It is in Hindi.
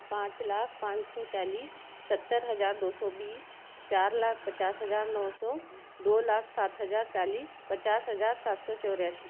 पाँच लाख पान सौ चालीस सत्तर हजार दो सौ बीस चार लाख पचास हजार नौ सौ दो लाख सात हजार चालीस पचास हजार सात सौ चौरासी